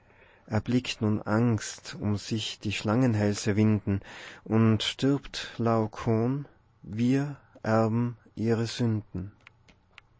eblickt nun angst um sich die schlangenhälse winden und stirbt laocoon wir erben ihre sünden